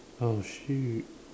oh shoot